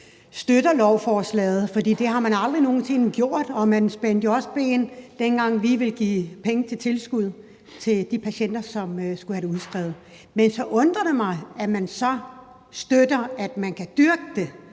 støtter lovforslaget, for man har aldrig nogen sinde støttet det her, og man spændte jo også ben, dengang vi ville give penge til tilskud til de patienter, som skulle have det udskrevet. Men det undrer mig, at man så støtter, at man kan dyrke det.